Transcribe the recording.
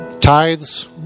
tithes